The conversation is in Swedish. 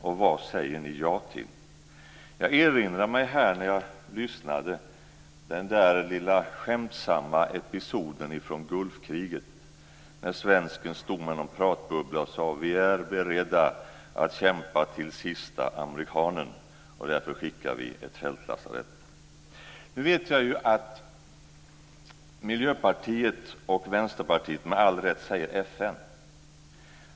Och vad säger ni ja till? Jag erinrade mig här när jag lyssnade den skämtsamma bilden från Gulfkriget på en svensk med en pratbubbla. Han sade: Vi är beredda att kämpa till sista amerikanen, och därför skickar vi ett fältlasarett. Nu vet jag att Miljöpartiet och Vänsterpartiet med all rätt säger FN.